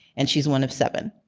and she's one of seven.